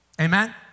Amen